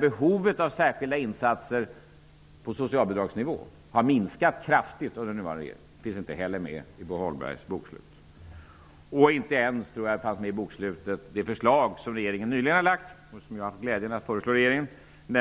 Behovet av särskilda insatser på socialbidragsnivå har minskat kraftigt under den nuvarande regeringens tid. Detta finns inte heller med i Bo Holmbergs bokslut. Regeringen lade nyligen fram ett förslag om en stor psykiatrireform som jag har haft glädjen att föreslå för regeringen. Den